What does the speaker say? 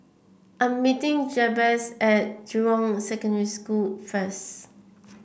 I am meeting Jabez at Jurong Secondary School first